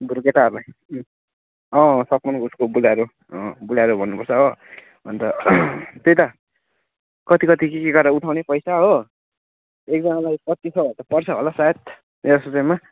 बरु केटाहरूलाई उम् अँ सपन उसको बोलेरो अँ बोलेरो भन्नुपर्छ हो अन्त त्यही त कति कति के के गरेर उठाउने पैसा हो एकजनालाई पच्चिस सौहरू त पर्छ होला सायद यस्तो टाइममा